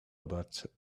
about